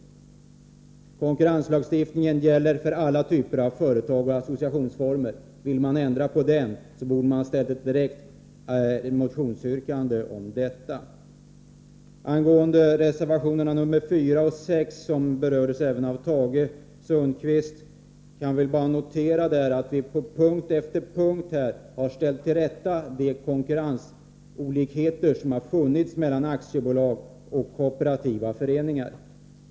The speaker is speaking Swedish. Konkurrenslagstiftningen gäller för alla typer av företag och associationsformer. Vill man ändra på den, borde man ha framställt ett direkt motionsyrkande om detta. Angående reservationerna 4 och 6, vilka Tage Sundkvist nyss berört, kan jag notera att vi på punkt efter punkt kommit till rätta med de konkurrensolikheter som har funnits mellan aktiebolag och kooperativa föreningar.